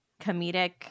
comedic